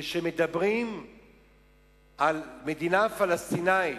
כשמדברים על מדינה פלסטינית,